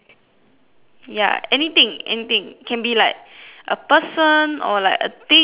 ya anything anything can be like a person or like a thing